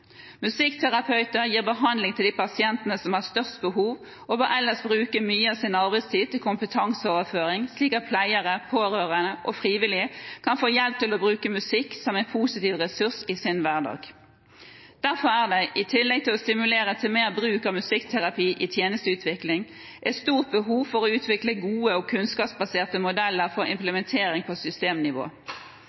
Musikkterapeuter gir behandling til de pasientene som har størst behov, og bør ellers bruke mye av sin arbeidstid til kompetanseoverføring, slik at pleiere, pårørende og frivillige kan få hjelp til å bruke musikk som en positiv ressurs i sin hverdag. Derfor er det, i tillegg til at man stimulerer til mer bruk av musikkterapi i tjenesteutvikling, et stort behov for å utvikle gode og kunnskapsbaserte modeller for implementering på systemnivå.